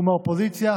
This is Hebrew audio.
ומהאופוזיציה,